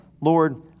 Lord